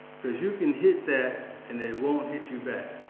says, you can hit that and it won't hit you back.